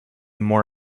more